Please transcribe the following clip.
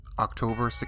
October